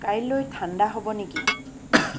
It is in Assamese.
কাইলৈ ঠাণ্ডা হ'ব নেকি